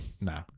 No